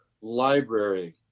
library